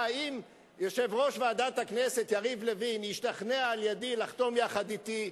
אם יושב-ראש ועדת הכנסת יריב לוין השתכנע לחתום יחד אתי,